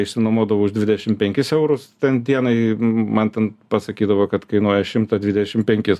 išsinuomodavau už dvidešim penkis eurus ten dienai man ten pasakydavo kad kainuoja šimtą dvidešim penkis